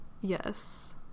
Yes